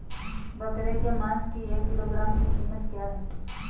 बकरे के मांस की एक किलोग्राम की कीमत क्या है?